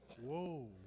Whoa